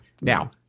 now